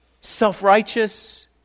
self-righteous